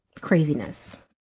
craziness